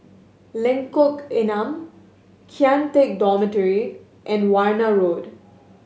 Lengkong Enam Kian Teck Dormitory and Warna Road